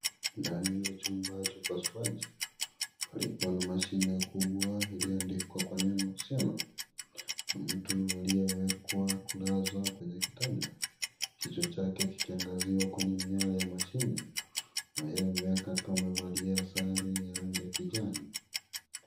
Ndani ya chumba cha upasuaji palipo na mashine kubwa ilioandikwa kwa neno Siano mtu aliyewekwa kulazwa kwenye kitanda kichwa chake kikiangaziwa kwenye miale ya mashine anayemweka amevalia sare ya rangi ya kijani.